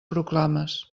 proclames